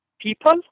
people